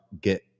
get